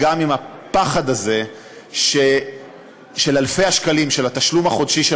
אלא גם עם הפחד הזה של אלפי השקלים של התשלום החודשי של